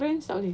friends takleh